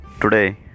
today